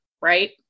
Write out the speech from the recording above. right